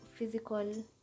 physical